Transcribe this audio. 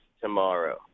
tomorrow